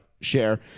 share